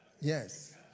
Yes